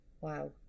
Wow